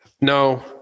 No